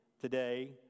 today